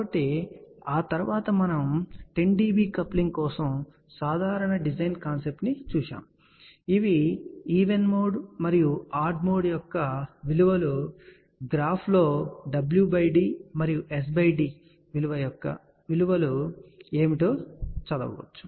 కాబట్టి ఆ తరువాత మనము 10 dB కప్లింగ్ కోసం సాధారణ డిజైన్ కాన్సెప్ట్ ని చూశాను ఇవి ఈవెన్ మరియు ఆడ్ మోడ్ యొక్క విలువలు మరియు గ్రాఫ్ లో నుండి wd మరియు sd యొక్క విలువలు ఏమిటో చదవచ్చు